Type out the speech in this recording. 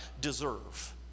deserve